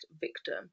victim